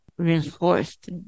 Reinforced